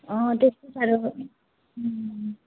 अँ त्यस्तो साह्रो